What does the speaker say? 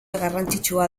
garrantzitsua